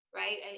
right